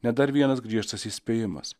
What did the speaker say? ne dar vienas griežtas įspėjimas